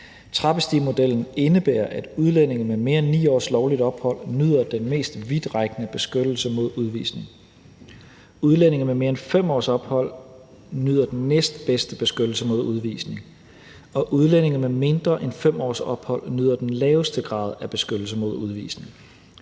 Trappestigemodellen indebærer, at udlændinge med mere end 9 års lovligt ophold nyder den mest vidtrækkende beskyttelse mod udvisning, udlændinge med mere end 5 års ophold nyder den næstbedste beskyttelse mod udvisning, og udlændinge med mindre end 5 års ophold nyder den laveste grad af beskyttelse mod udvisning.